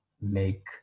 make